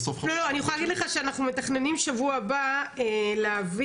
אני יכולה להגיד לך שאנחנו מתכננים שבוע הבא להביא,